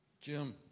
Jim